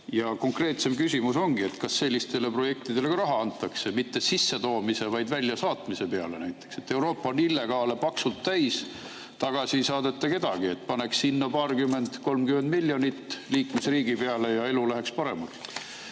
Konkreetsem küsimus ongi: kas sellistele projektidele ka raha antakse? Mitte sissetoomiseks, vaid väljasaatmiseks, näiteks. Euroopa on illegaale paksult täis, tagasi ei saadeta kedagi. Paneks sinna 20–30 miljonit liikmesriigi peale ja elu läheks paremaks.